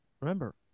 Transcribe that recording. Remember